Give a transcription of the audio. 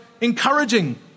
encouraging